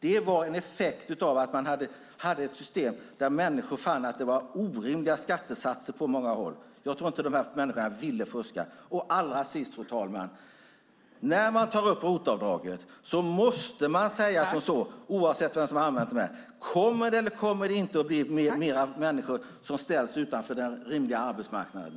Det var en effekt av att man hade ett system där människor fann att det på många håll var orimliga skattesatser. Jag tror inte att de här människorna ville fuska. Allra sist, fru talman, ska jag säga något om ROT-avdraget. När man tar upp ROT-avdraget måste man ställa frågan, oavsett vem som har använt det: Kommer det eller kommer det inte att bli fler människor som ställs utanför arbetsmarknaden?